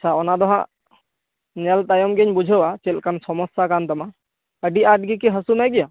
ᱟᱪᱪᱷᱟ ᱚᱱᱟᱫᱚ ᱦᱟᱸᱜ ᱧᱮᱞ ᱛᱟᱭᱚᱢ ᱜᱮᱧ ᱵᱩᱡᱷᱟᱹᱣᱟ ᱪᱮᱫᱞᱮᱠᱟᱱ ᱥᱚᱢᱚᱥᱟ ᱠᱟᱱ ᱛᱟᱢᱟ ᱟᱹᱰᱤ ᱟᱸᱴ ᱜᱮᱠᱤ ᱦᱟᱹᱥᱩᱞᱮᱡ ᱢᱮᱭᱟ